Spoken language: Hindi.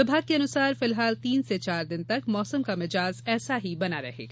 विभाग के अनुसार फिलहाल तीन से चार दिन तक मौसम का मिजाज ऐसा ही बना रहेगा